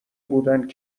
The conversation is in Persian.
بودند